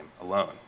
alone